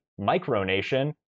micronation